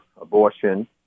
abortion